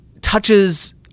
touches